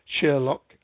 Sherlock